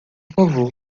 favor